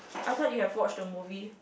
I thought you have watched the movie